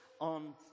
on